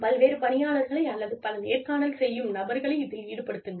பல்வேறு பணியாளர்களை அல்லது பல நேர்காணல் செய்யும் நபர்களை இதில் ஈடுபடுத்துங்கள்